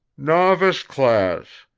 novice class,